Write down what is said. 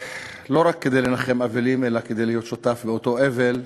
ולא רק כדי לנחם אבלים אלא כדי להיות שותף באותו אבל,